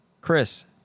Chris